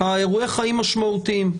אירועי חיים משמעותיים.